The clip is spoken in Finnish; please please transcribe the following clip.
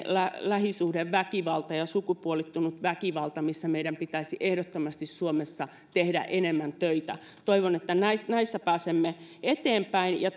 lähisuhdeväkivalta ja ja sukupuolittunut väkivalta missä meidän pitäisi ehdottomasti suomessa tehdä enemmän töitä toivon että näissä pääsemme eteenpäin ja